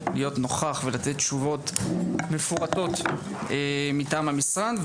להיות נוכח ולתת תשובות מפורטות מטעם המשרד,